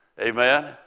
Amen